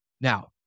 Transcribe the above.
now